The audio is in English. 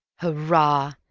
hurrah!